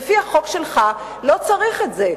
לפי החוק שלך לא צריך את זה.